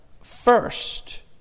first